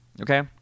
Okay